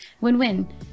win-win